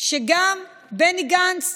שגם בני גנץ,